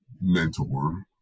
mentor